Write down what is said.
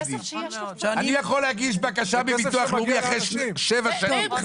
אני יכול להגיש בקשה בביטוח הלאומי אחרי שבע שנים,